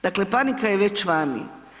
Dakle, panika je već vani.